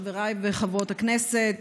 חברי וחברות הכנסת,